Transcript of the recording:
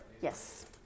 Yes